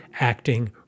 acting